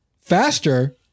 faster